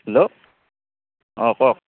hello অঁ কওক